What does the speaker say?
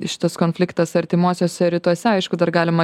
šitas konfliktas artimuosiuose rytuose aišku dar galima